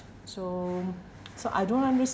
so so I don't want